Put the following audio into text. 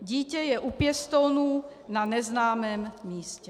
Dítě je u pěstounů na neznámém místě.